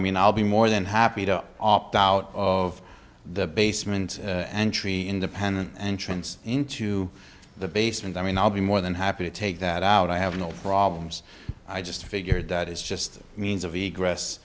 mean i'll be more than happy to opt out of the basement entry independent entrance into the basement i mean i'll be more than happy to take that out i have no problems i just figured that is just a means of the grass